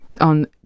on